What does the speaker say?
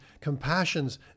compassions